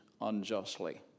unjustly